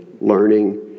learning